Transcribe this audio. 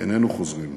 איננו חוזרים.